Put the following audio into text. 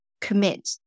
commit